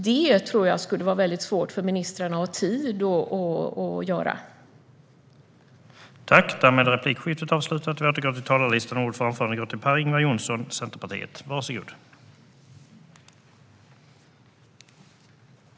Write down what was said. Jag tror att det skulle vara svårt för ministrarna att ha tid att göra just det.